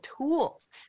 tools